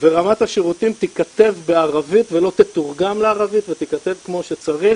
ורמת השירותים תיכתב בערבית ולא תתורגם לערבית ותיכתב כמו שצריך